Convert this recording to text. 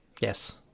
Yes